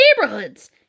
neighborhoods